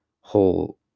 whole